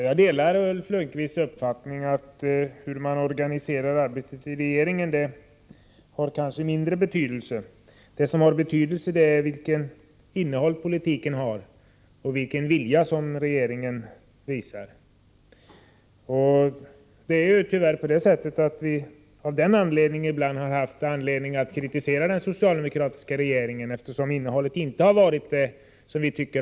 Herr talman! Jag delar Ulf Lönnqvists uppfattning att det kanske har mindre betydelse hur man organiserar arbetet i regeringen. Det som har betydelse är regeringspolitikens innehåll och vilken vilja som regeringen visar. Tyvärr har vi ibland haft anledning att kritisera den socialdemokratiska regeringspolitiken, eftersom dess innehåll inte varit det rätta enligt vår mening.